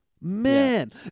Man